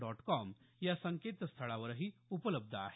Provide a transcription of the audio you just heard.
dot com या संकेतस्थळावरही उपलब्ध आहे